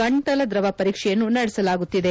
ಗಂಟಲ ಕ್ರವ ಪರೀಕ್ಷೆಯನ್ನು ನಡೆಸಲಾಗುತ್ತಿದೆ